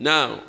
Now